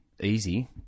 easy